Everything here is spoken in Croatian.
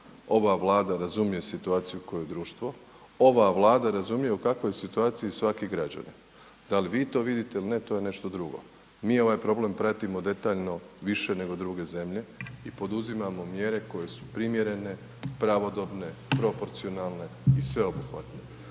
ova Vlada razumije situaciju u kojoj je društvo, ova Vlada razumije u kakvoj je situaciji svaki građanin. Da li vi to vidite ili ne to je nešto drugo. Mi ovaj problem pratimo detaljno više nego druge zemlje i poduzimamo mjere koje su primjerene, pravodobne, proporcionalne i sveobuhvatne,